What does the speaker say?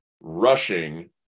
rushing